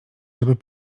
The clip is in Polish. żeby